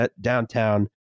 downtown